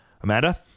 Amanda